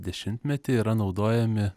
dešimtmetį yra naudojami